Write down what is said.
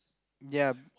ya